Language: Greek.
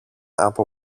από